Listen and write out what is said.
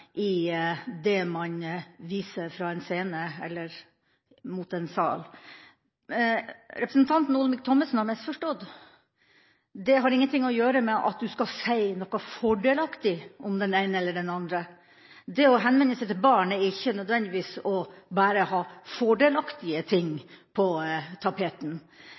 i det man viser fra en scene eller mot en sal. Representanten Olemic Thommessen har misforstått – det har ingenting å gjøre med at man skal si noe fordelaktig om den eller den andre. Det å henvende seg til barn innebærer ikke nødvendigvis å ha bare fordelaktige ting på